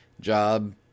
job